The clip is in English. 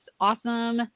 Awesome